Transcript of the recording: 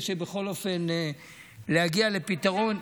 בכל אופן להגיע לפתרון.